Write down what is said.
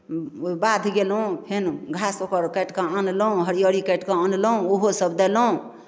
बाध गेलहुँ फेर घास ओकर काटि कऽ आनलहुँ हरियरी काटि कऽ आनलहुँ ओहोसभ देलहुँ